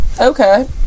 Okay